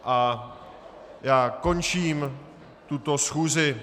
A já končím tuto schůzi.